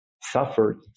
suffered